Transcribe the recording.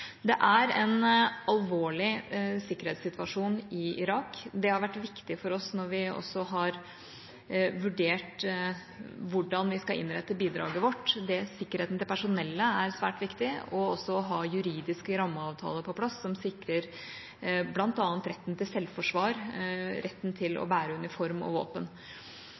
Det er en alvorlig sikkerhetssituasjon i Irak. Det har vært viktig for oss når vi har vurdert hvordan vi skal innrette bidraget vårt. Sikkerheten til personellet er svært viktig – og også det å ha juridiske rammeavtaler på plass som sikrer retten til selvforsvar og retten til å bære uniform og våpen.